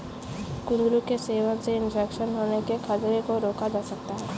कुंदरू के सेवन से इन्फेक्शन होने के खतरे को रोका जा सकता है